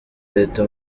leta